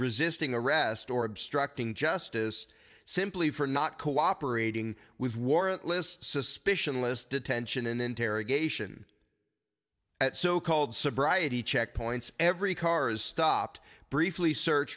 resisting arrest or obstructing justice simply for not cooperating with warrantless suspicion list detention and interrogation at so called sobriety checkpoints every cars stopped briefly search